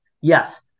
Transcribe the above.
yes